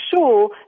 sure